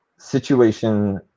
situation